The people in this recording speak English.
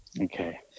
Okay